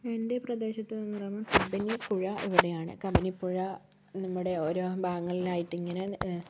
എൻ്റെ പ്രദേശത്ത് നിന്ന് തുടങ്ങുന്ന കബനിപ്പുഴ ഇവിടെയാണ് കബനിപ്പുഴ നമ്മുടെ ഓരോ ഭാഗങ്ങളായിട്ടിങ്ങനെ